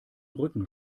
rücken